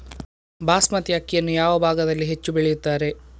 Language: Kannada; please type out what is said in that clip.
ಬಾಸ್ಮತಿ ಅಕ್ಕಿಯನ್ನು ಯಾವ ಭಾಗದಲ್ಲಿ ಹೆಚ್ಚು ಬೆಳೆಯುತ್ತಾರೆ?